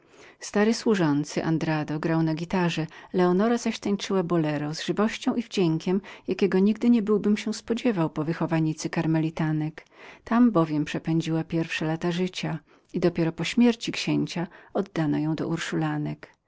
stary służący andrado grał na gitarze leonora zaś tańcowała bolero z żywnością i wdziękiem jakiego nigdy niebyłbym się spodziewał po wychowanicy karmelitek tam bowiem przepędziła pierwsze lata życia i dopiero po śmierci księcia oddano ją do urszulinek